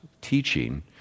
teaching